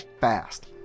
fast